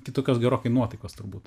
kitokios gerokai nuotaikos turbūt